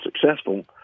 successful